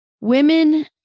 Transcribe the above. women